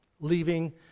leaving